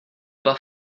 pas